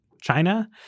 China